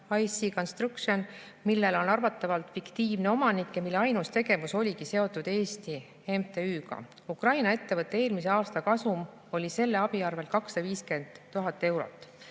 IC Construction, millel on arvatavalt fiktiivne omanik ja mille ainus tegevus oligi seotud Eesti MTÜ‑ga. Ukraina ettevõtte eelmise aasta kasum oli selle abi arvel 250 000 eurot.